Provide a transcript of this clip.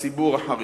בציבור החרדי.